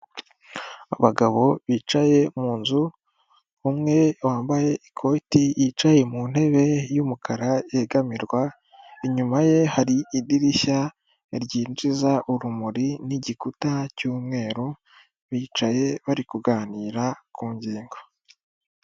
Abagabo bicaye mu nzu, umwe wambaye ikoti yicaye mu ntebe yumukara yegamirwa. Inyuma ye hari idirishya ryinjiza urumuri nigikuta cy'umweru bicaye bari kuganira ku ngingo.